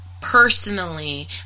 personally